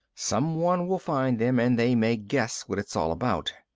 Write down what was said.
someone will find them and they may guess what it's all about,